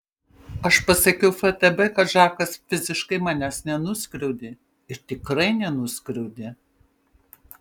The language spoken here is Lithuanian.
aš pasakiau ftb kad žakas fiziškai manęs nenuskriaudė ir tikrai nenuskriaudė